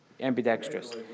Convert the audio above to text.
Ambidextrous